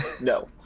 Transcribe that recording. no